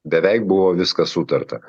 beveik buvo viskas sutarta